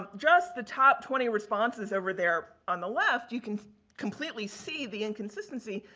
just the top twenty responses over there on the left, you can completely see the inconsistency.